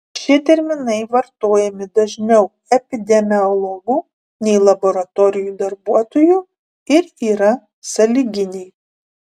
šie terminai vartojami dažniau epidemiologų nei laboratorijų darbuotojų ir yra sąlyginiai